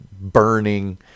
burning